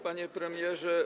Panie Premierze!